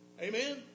Amen